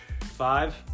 Five